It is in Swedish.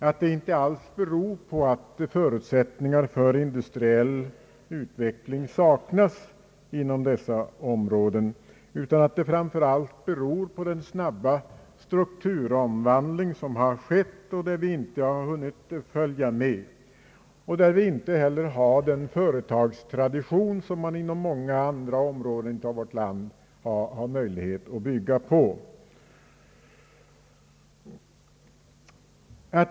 Det beror inte alls på att förutsättningar för industriell utveckling saknas inom dessa områden, utan orsaken är framför allt den snabba strukturomvandling som har skett och där vi inte hunnit följa med. Vi har inte heller den företagstradition som man i många andra delar av vårt land har möjlighet att bygga på.